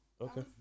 Okay